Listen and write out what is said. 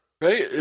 Right